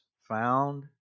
found